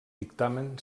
dictamen